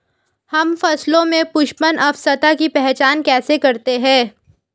हम फसलों में पुष्पन अवस्था की पहचान कैसे करते हैं?